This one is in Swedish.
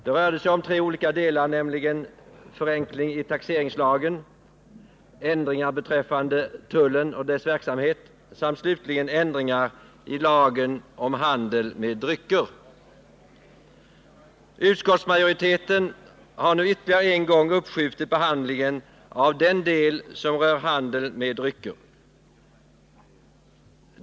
Det rörde sig om tre olika delar: förenkling i taxeringslagen, ändringar beträffande tullen och dess verksamhet samt slutligen ändringar i lagen om handeln med drycker. Utskottsmajoriteten har nu ytterligare en gång uppskjutit behandlingen av den del som rör handeln med drycker.